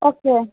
okay